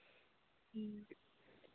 ᱦᱮᱸ